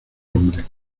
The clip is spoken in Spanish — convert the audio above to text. hombre